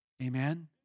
Amen